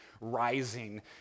rising